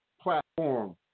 platform